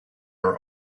are